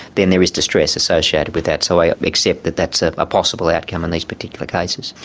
then there is distress associated with that. so i accept that that's ah a possible outcome in these particular cases.